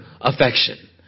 affection